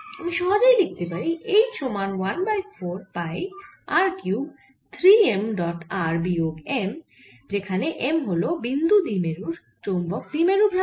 আমি সহজেই লিখতে পারি H সমান 1 by 4 pi r cube 3 m dot r বিয়োগ m যেখানে m হল বিন্দু দ্বিমেরুর চৌম্বক দ্বিমেরু ভ্রামক